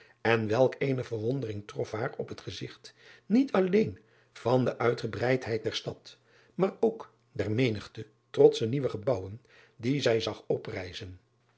en welk eene verwondering trof haar op het gezigt niet alleen van de uitgebreidheid der stad maar ook der menigte trotsche nieuwe gebouwen die zij zag oprijzen